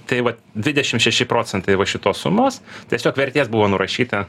taip vat dvidešim šeši procentai va šitos sumos tiesiog vertės buvo nurašyta